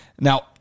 Now